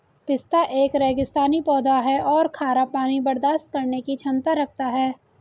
पिस्ता एक रेगिस्तानी पौधा है और खारा पानी बर्दाश्त करने की क्षमता रखता है